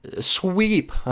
sweep